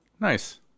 Nice